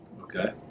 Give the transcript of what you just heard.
Okay